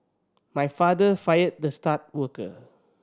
my father fired the star worker